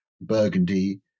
Burgundy